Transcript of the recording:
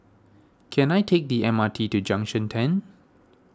can I take the M R T to Junction ten